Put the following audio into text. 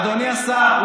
אדוני השר,